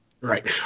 right